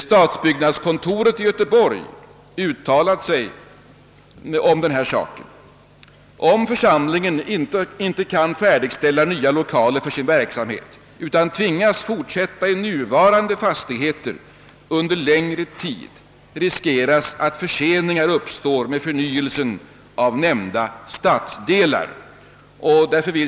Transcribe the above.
Stadsbyggnadskontoret i Göteborg säger i ett uttalande om saken, att om församlingen inte kan färdigställa nya lokaler för sin verksamhet utan tvingas fortsätta i nuvarande fastigheter under längre tid, riskeras att förseningar uppstår med förnyelsen av nämnda stadsdelar.